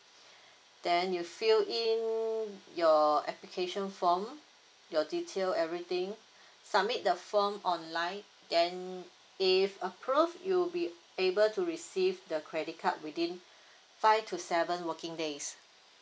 then you fill in your application form your detail everything submit the form online then if approve you'll be able to receive the credit card within five to seven working days